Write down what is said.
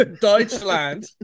Deutschland